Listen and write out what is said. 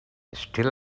still